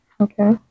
okay